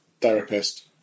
therapist